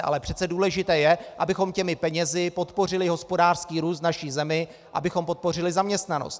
Ale přece důležité je, abychom těmi penězi podpořili hospodářský růst v naší zemi, abychom podpořili zaměstnanost.